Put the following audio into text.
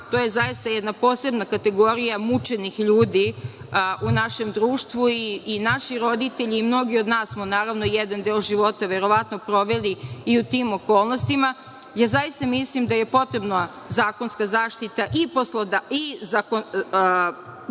to je zaista jedna posebna kategorija mučenih ljudi u našem društvu i naši roditelji i mnogi od nas smo naravno, jedan deo života verovatno proveli i u tim okolnostima, ja zaista mislim da je potrebna zakonska zaštita i onoga koji